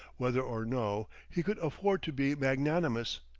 whether or no, he could afford to be magnanimous.